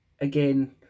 Again